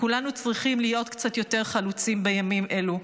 כולנו צריכים להיות קצת יותר חלוצים בימים אלו,